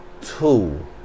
two